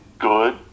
good